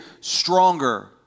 stronger